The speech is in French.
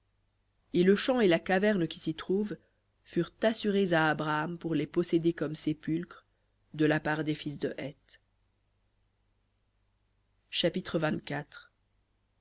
et le champ et la caverne qui s'y trouve furent assurés à abraham pour les posséder comme sépulcre de la part des fils de heth chapitre